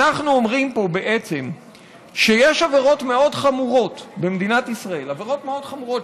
אנחנו אומרים פה בעצם שיש עבירות מאוד חמורות במדינת ישראל שכולנו,